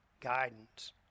guidance